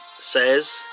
says